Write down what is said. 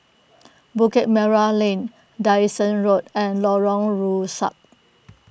Bukit Merah Lane Dyson Road and Lorong Rusuk